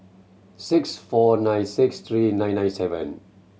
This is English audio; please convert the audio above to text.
six four nine six three nine nine seven